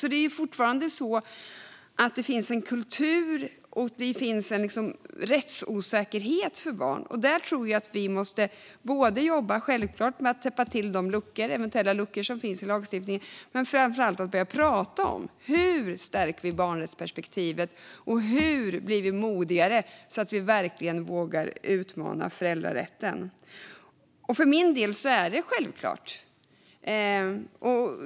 Det är fortfarande så att det finns en kultur och en rättsosäkerhet för barn. Här måste vi självklart täppa till de luckor som finns i lagstiftningen men framför allt börja prata om hur vi stärker barnrättsperspektivet och hur vi blir modigare så att vi vågar utmana föräldrarätten. För min del är detta självklart.